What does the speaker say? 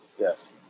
yes